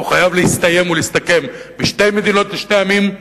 והוא חייב להסתיים ולהסתכם בשתי מדינות לשני עמים,